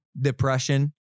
depression